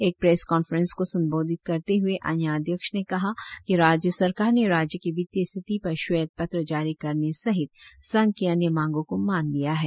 एक press conference को संबोधित करते हए आनिया अध्यक्ष ने कहा कि राज्य सरकार ने राज्य के वित्तीय स्थिति पर श्वेत पत्र जारी करने सहित संघ के अन्य मांगों को मान लिया है